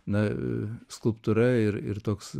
na skulptūra ir ir toks